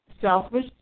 selfish